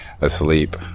asleep